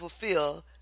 fulfill